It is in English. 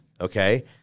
okay